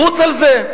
רוץ על זה.